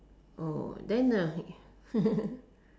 then the